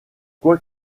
quoi